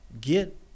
get